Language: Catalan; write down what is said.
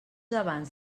abans